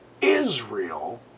Israel